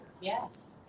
Yes